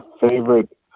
favorite